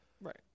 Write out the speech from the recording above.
right